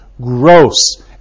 gross